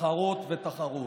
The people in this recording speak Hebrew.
תחרות ותחרות.